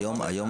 היום